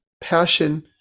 passion